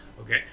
Okay